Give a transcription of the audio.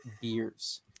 beers